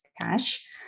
cash